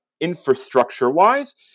infrastructure-wise